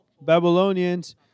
Babylonians